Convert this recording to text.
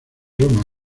roma